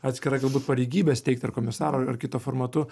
atskirą galbūt pareigybę steikt ar komisaro ar kitu formatu